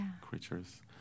creatures